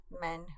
men